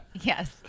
Yes